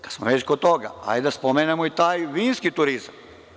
Kada smo već kod toga, hajde da spomenemo i taj vinski turizam.